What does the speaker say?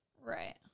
Right